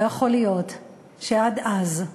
לא יכול להיות שעד אז,